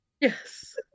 Yes